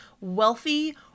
wealthy